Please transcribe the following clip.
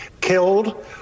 killed